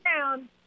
down